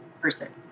person